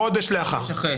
חודש לאחר.